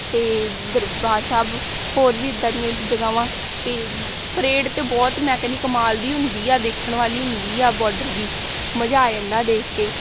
ਅਤੇ ਦਰਬਾਰ ਸਾਹਿਬ ਹੋਰ ਵੀ ਇੱਦਾਂ ਦੀਆਂ ਜਗ੍ਹਾਵਾਂ 'ਤੇ ਪਰੇਡ ਤਾਂ ਬਹੁਤ ਮੈਂ ਕਹਿੰਦੀ ਕਮਾਲ ਦੀ ਹੁੰਦੀ ਆ ਦੇਖਣ ਵਾਲੀ ਹੁੰਦੀ ਆ ਬੋਡਰ ਦੀ ਮਜ਼ਾ ਆ ਜਾਂਦਾ ਦੇਖ ਕੇ